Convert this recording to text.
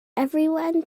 everyone